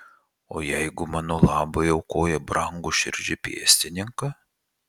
o jeigu mano labui aukoja brangų širdžiai pėstininką